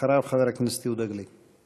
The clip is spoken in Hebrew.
אחריו, חבר הכנסת יהודה גליק.